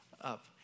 up